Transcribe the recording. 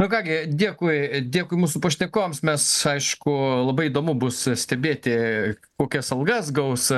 nu ką gi dėkui dėkui mūsų pašnekovams mes aišku labai įdomu bus stebėti kokias algas gaus